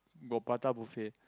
got prata buffet